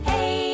Hey